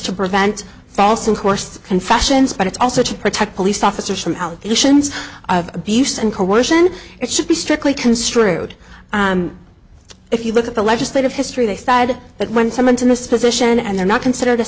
to prevent false and course confessions but it's also to protect police officers from allegations of abuse and coercion it should be strictly construed if you look at the legislative history they side but when someone to miss position and they're not considered a